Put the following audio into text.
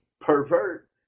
pervert